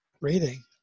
Reading